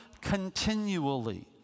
continually